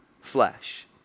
flesh